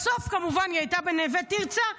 ובסוף כמובן היא הייתה בנווה תרצה.